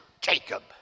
Jacob